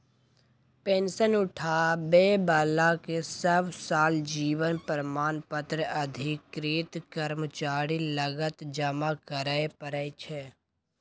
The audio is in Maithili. पेंशन उठाबै बलाकेँ सब साल जीबन प्रमाण पत्र अधिकृत कर्मचारी लग जमा करय परय छै